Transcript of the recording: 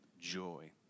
joy